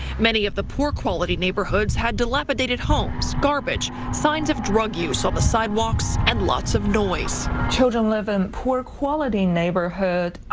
many of the poor quality neighborhoods had delapidated homes, garbage, signs of drug use on the sidewalks and lots of noise. children live in poor quality neighborhood,